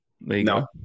No